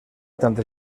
tantas